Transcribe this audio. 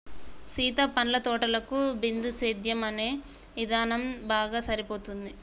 సీత పండ్ల తోటలకు బిందుసేద్యం అనే ఇధానం బాగా సరిపోతుంది